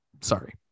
Sorry